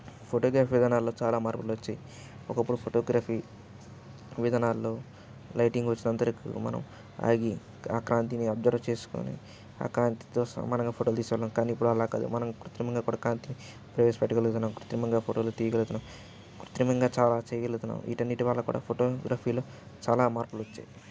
photography విధానాలలో చాలా మార్పులు వచ్చాయి ఒకప్పుడు ఫోటోగ్రఫీ విధానాలలో లైటింగ్ వచ్చినంత వరకు మనం ఆగి ఆ క్రాంతిని ఆబ్సర్వ్ చేసుకుని ఆ కాంతితో సమానం ఫోటోలు తీసే వాళ్ళం కానీ ఇప్పుడు అలా కాదు మనం కృత్రిమంగా కూడా క్రాంతిని ప్రవేశపెట్టగలుగుతున్నాం కృత్రిమంగా ఫోటోలు తీయగలుగుతున్నాం కృత్రిమంగా చాలా చేయగలుగుతున్నాం వీటన్నింటి వల్ల కూడా ఫోటోగ్రఫీలో చాలా మార్పులు వచ్చాయి